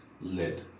led